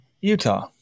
Utah